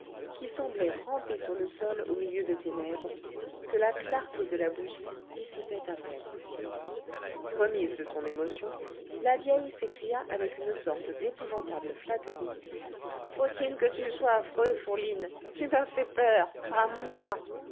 qui semblait ramper sur le sol au milieu des ténèbres que la clarté de la bougie dissipait à peine remise de son émotion la vieille s'écria avec une sorte d'épouvantable flatterie faut-il que tu sois affreux fourline tu m'as fait peur à moi